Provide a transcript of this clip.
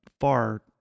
far